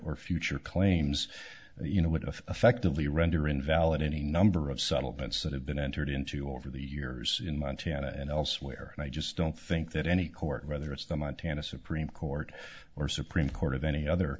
or future claims you know what if effectively render invalid any number of subtle bits that have been entered into over the years in montana and elsewhere and i just don't think that any court whether it's the montana supreme court or supreme court of any other